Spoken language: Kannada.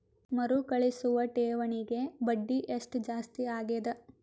ಮರುಕಳಿಸುವ ಠೇವಣಿಗೆ ಬಡ್ಡಿ ಎಷ್ಟ ಜಾಸ್ತಿ ಆಗೆದ?